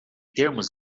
termos